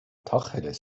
tacheles